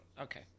okay